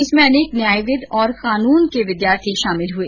इसमें अनेक न्यायविद और कानून के विद्यार्थी शामिल हुए